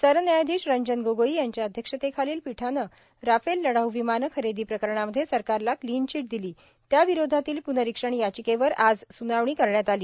सरन्यायाधीश रंजन गोगोई यांच्या अध्यक्षतेखालील पीठानं राफेल लढाऊ विमानं खरेदी प्रकरणामध्ये सराकरला क्लीन चीट दिली त्याविरोधातील पूनरिक्षण याचिकेवर आज स्नावणी केली